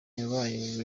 yabaye